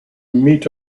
meet